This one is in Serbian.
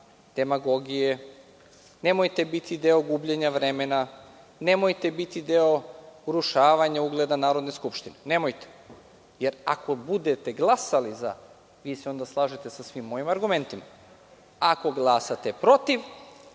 demagogije, nemojte biti deo gubljenja vremena. Nemojte biti deo urušavanja ugleda Narodne skupštine, jer ako budete glasali, vi se onda slažete sa svim mojim argumentima. Ako glasate protiv,